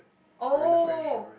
oh